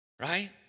Right